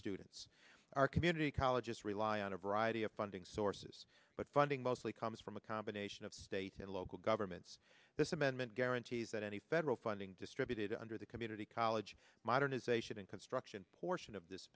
students our community colleges rely on a variety of funding sources but funding mostly comes from a combination of state and local governments this amendment guarantees that any federal funding distributed under the community college modernization and construction portion of this